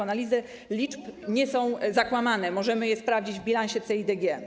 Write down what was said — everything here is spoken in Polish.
Analizy liczb nie są zakłamane, możemy je sprawdzić w bilansie CEIDG.